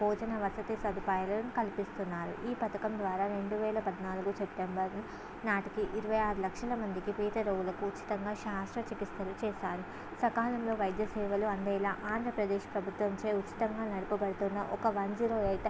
భోజన వసతి సదుపాయాలు కల్పిస్తున్నారు ఈ పథకం ద్వారా రెండు వేల పద్నాలుగు సెప్టెంబర్ నాటికి ఇరవై ఆరు లక్షల మందికి పేద రోగులకు ఉచితంగా శస్త్ర చికిత్సలు చేశారు సకాలంలో వైద్య సేవలు అందేలా ఆంధ్రప్రదేశ్ ప్రభుత్వంచే ఉచితంగా నడపబడుతున్న ఒక వన్ జీరో ఎయిట్